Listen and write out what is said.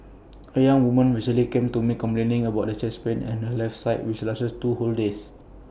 A young woman recently came to me complaining of chest pain on her left side which lasted two whole days